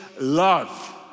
love